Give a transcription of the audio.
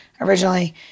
originally